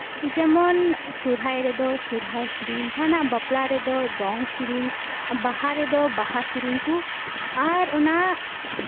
ᱡᱮᱢᱚᱱ ᱥᱩᱨᱦᱟᱭ ᱨᱮᱫᱚ ᱥᱩᱨᱦᱟᱭ ᱥᱤᱨᱤᱧ ᱡᱟᱦᱟᱸᱱᱟᱜ ᱵᱟᱯᱞᱟ ᱨᱮᱫᱚ ᱫᱚᱝ ᱥᱤᱨᱤᱧ ᱵᱟᱦᱟ ᱨᱮᱫᱚ ᱵᱟᱦᱟ ᱥᱤᱨᱤᱧ ᱠᱩ ᱟᱨ ᱚᱱᱟ